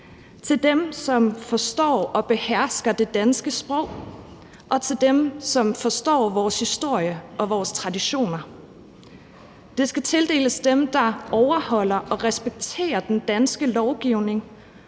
dem, som forstår og behersker det danske sprog, og dem, som forstår vores historie og vores traditioner. Det skal tildeles dem, der overholder og respekterer den danske lovgivning,